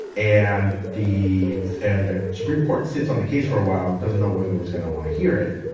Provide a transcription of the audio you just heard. and the the supreme court sits on the case for a while. doesn't know whether it's gonna wanna hear it.